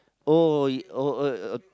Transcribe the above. oh oh uh uh